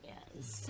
Yes